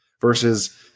versus